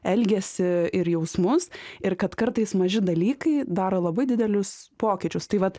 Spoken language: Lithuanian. elgesį ir jausmus ir kad kartais maži dalykai daro labai didelius pokyčius tai vat